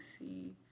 see